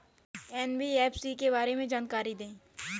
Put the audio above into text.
NBFC के बारे में जानकारी दें?